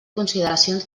consideracions